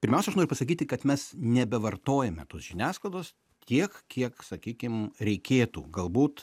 pirmiausia aš noriu pasakyti kad mes nebevartojame tos žiniasklaidos tiek kiek sakykim reikėtų galbūt